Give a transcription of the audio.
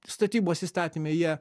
statybos įstatyme jie